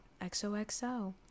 XOXO